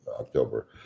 october